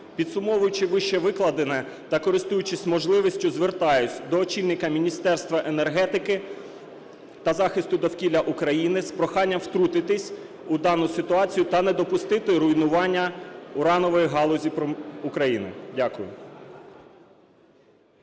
Підсумовуючи вищевикладене та користуючись можливістю, звертаюсь до очільника Міністерства енергетики та захисту довкілля України з проханням втрутитися у дану ситуацію та не допустити руйнування уранової галузі України. Дякую.